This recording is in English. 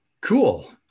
Cool